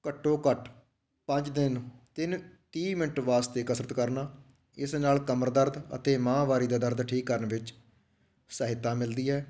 ਘੱਟੋ ਘੱਟ ਪੰਜ ਦਿਨ ਤਿੰਨ ਤੀਹ ਮਿੰਟ ਵਾਸਤੇ ਕਸਰਤ ਕਰਨਾ ਇਸ ਨਾਲ ਕਮਰ ਦਰਦ ਅਤੇ ਮਾਹਵਾਰੀ ਦਾ ਦਰਦ ਠੀਕ ਕਰਨ ਵਿੱਚ ਸਹਾਇਤਾ ਮਿਲਦੀ ਹੈ